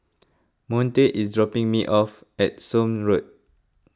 Monte is dropping me off at Somme Road